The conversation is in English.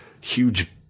huge